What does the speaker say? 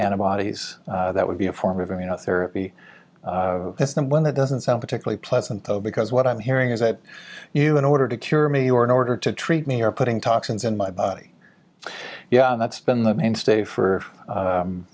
antibodies that would be a form of immunotherapy them one that doesn't sound particularly pleasant though because what i'm hearing is that you in order to cure me or in order to treat me are putting toxins in my buddy yeah and that's been the mainstay for